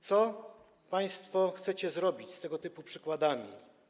Co państwo chcecie zrobić z tego typu przykładami?